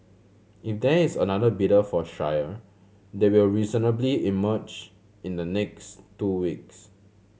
if there is another bidder for Shire they will reasonably emerge in the next two weeks